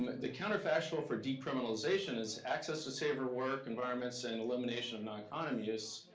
um the counterfactual for decriminalization is access to safer work, environments, and elimination of non-condom use.